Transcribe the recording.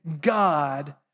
God